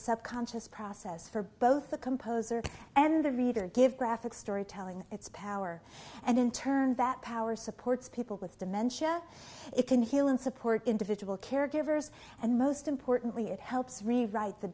sub conscious process for both the composer and the reader give graphic storytelling its power and in turn that power supports people with dementia it can heal and support individual caregivers and most importantly it helps rewrite the